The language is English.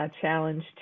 challenge